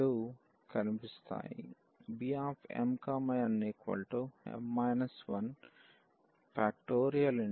Bmnm 1